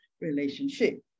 relationship